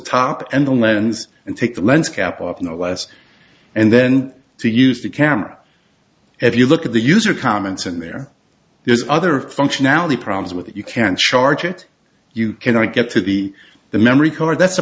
top and the lens and take the lens cap off no less and then to use the camera if you look at the user comments in there there's other functionality problems with it you can charge it you can i get to be the memory card that's